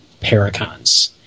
paracons